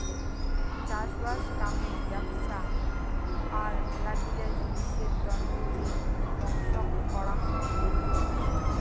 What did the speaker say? চাষবাস কামে ব্যপছা আর মেলাগিলা জিনিসের তন্ন যে বংশক করাং হই